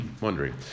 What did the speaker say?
wondering